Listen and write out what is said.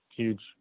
Huge